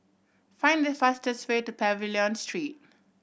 find the fastest way to Pavilion Street